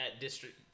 district